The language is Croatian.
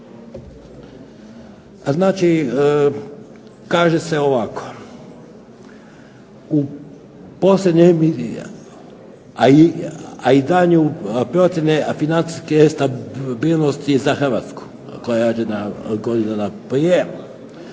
Znači, kaže se ovako, u posljednjem i daljnje procjene financijske stabilnosti za Hrvatsku godinu dana prije,